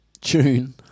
tune